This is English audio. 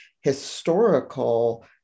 historical